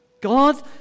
God